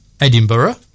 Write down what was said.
Edinburgh